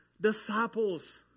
disciples